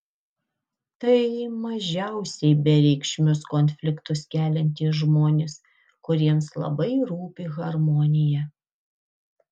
tai mažiausiai bereikšmius konfliktus keliantys žmonės kuriems labai rūpi harmonija